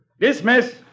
Dismiss